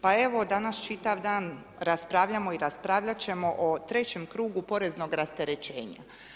Pa evo, danas čitav dan raspravljamo i raspravljati ćemo o trećem krugu poreznog rasterećenja.